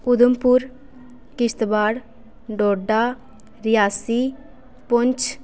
Udhampur Kishtwar Doda Reasi Poonch